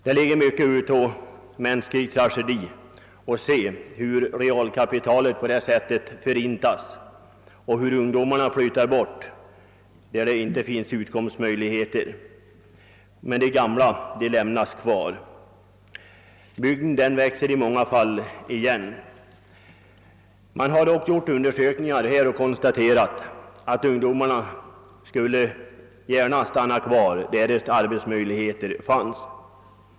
Det är djupt tragiskt att se hur realkapital förintas och hur ungdomarna flyttar bort från bygden därför att de saknar utkomstmöjligheter där, medan de gamla lämnas kvar. Bygden växer då 1 många fall igen. Undersökningar som gjorts visar dock att ungdomarna gärna stannar kvar, därest arbetsmöjligheter funnes.